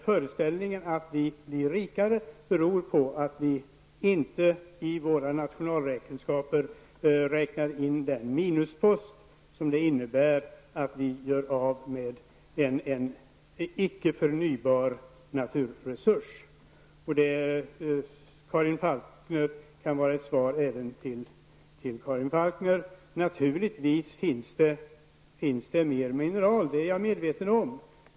Föreställningen att vi blir rikare kommer sig av att vi inte i våra nationalräkenskaper räknar in den minuspost som det innebär att vi gör av med en icke förnybar naturresurs. Det kan vara ett svar även till Karin Falkmer. Naturligtvis finns det mer mineral, det är jag medveten om.